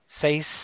Face